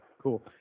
cool